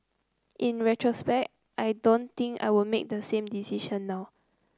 in retrospect I don't think I would make the same decision now